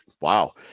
Wow